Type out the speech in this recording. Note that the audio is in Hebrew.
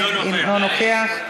אינו נוכח,